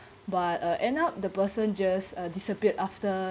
but uh end up the person just uh disappeared after